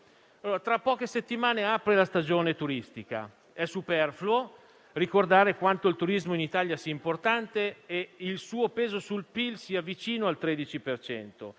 Tra poche settimane apre la stagione turistica. È superfluo ricordare quanto il turismo in Italia sia importante e il suo peso sul PIL sia vicino al 13